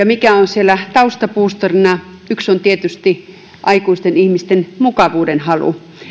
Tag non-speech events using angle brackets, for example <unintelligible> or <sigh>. <unintelligible> mikä on siellä taustabuusterina yksi on tietysti aikuisten ihmisten mukavuudenhalu